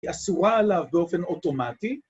‫היא אסורה עליו באופן אוטומטי.